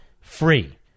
free